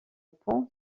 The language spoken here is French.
pont